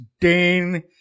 Dane